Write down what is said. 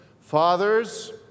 Fathers